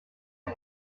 cou